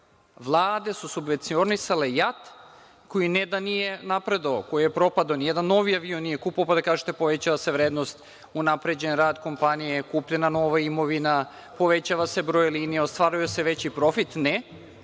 godine subvencionisao JAT, koji ne da nije napredovao, on je propadao. Ni jedan novi avion nije kupljen, pa da se kaže da je povećana vrednost, unapređen rad kompanije, kupljena nova imovina, povećava se broj linija, ostvaruje se veći profit, ne,